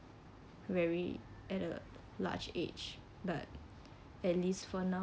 very at a large age but at least for now